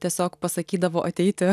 tiesiog pasakydavo ateiti